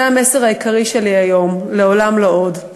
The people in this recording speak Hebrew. זה המסר העיקרי שלי היום: לעולם לא עוד.